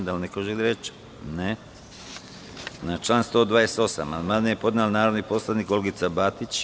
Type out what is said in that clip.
Da li neko želi reč? (Ne) Na član 128. amandman je podnela narodni poslanik Olgica Batić.